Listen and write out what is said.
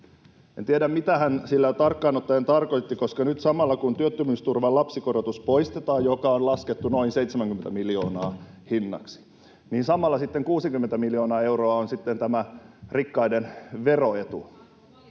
En tiedä, mitä hän sillä tarkkaan ottaen tarkoitti, koska nyt samalla, kun työttömyysturvan lapsikorotus poistetaan, johonka on laskettu noin 70 miljoonaa hinnaksi, on 60 miljoonaa euroa tämä rikkaiden veroetu.